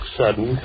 sudden